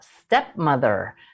stepmother